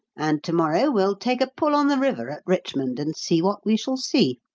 and to-morrow we'll take a pull on the river at richmond and see what we shall see.